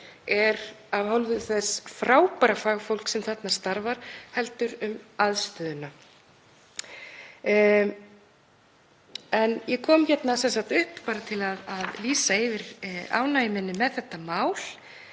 er af hálfu þess frábæra fagfólks sem þarna starfar heldur um aðstöðuna. En ég kom hérna upp til að lýsa yfir ánægju minni með þetta mál